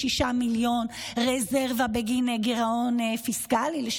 מיליון רזרבה בגין גירעון פיסקלי לא זוכרת,